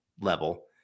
level